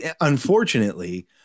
Unfortunately